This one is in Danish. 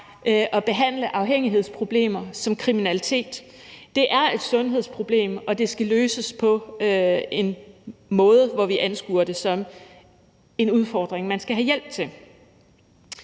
at behandle afhængighedsproblemer som kriminalitet. Det er et sundhedsproblem, og det skal løses på en måde, hvor vi anskuer det som en udfordring, man skal have hjælp til.